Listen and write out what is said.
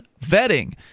vetting